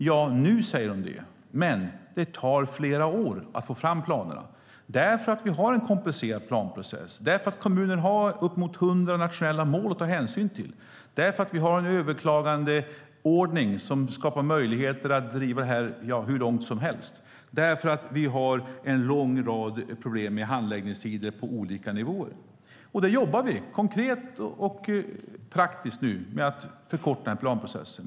Ja, nu säger de det, men det tar flera år att få fram planerna därför att vi har en komplicerad planprocess, därför att kommuner har uppemot hundra nationella mål att ta hänsyn till, därför att vi har en övarklagandeordning som skapar möjligheter att driva det här hur långt som helst och därför att vi har en lång rad problem med handläggningstider på olika nivåer. Vi jobbar konkret och praktiskt nu med att förkorta planprocessen.